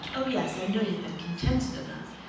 oh, yes, i know you've been contented enough.